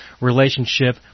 relationship